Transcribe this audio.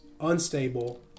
unstable